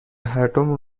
هردومون